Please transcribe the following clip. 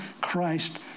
Christ